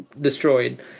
destroyed